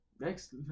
Next